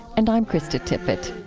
and i'm krista tippett.